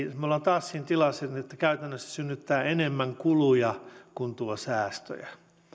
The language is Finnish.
me olemme taas siinä tilassa että käytännössä se synnyttää enemmän kuluja kuin tuo säästöjä